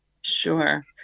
Sure